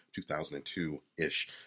2002-ish